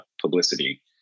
publicity